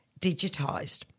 digitised